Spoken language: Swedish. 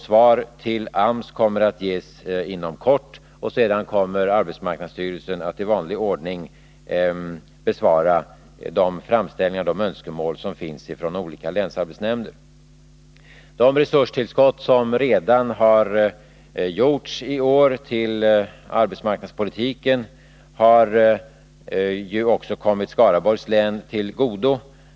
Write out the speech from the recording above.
Svar till AMS kommer att ges inom kort, och sedan kommer arbetsmarknadsstyrelsen att i vanlig ordning besvara de framställningar och önskemål som finns från olika länsarbetsnämnder. De resurstillskott som redan har skett i år när det gäller arbetsmarknadspolitiken har ju också kommit Skaraborgs län till godo.